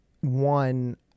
one